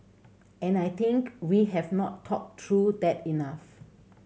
and I think we have not talked through that enough